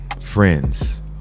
Friends